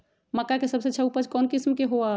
मक्का के सबसे अच्छा उपज कौन किस्म के होअ ह?